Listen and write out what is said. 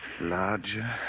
Larger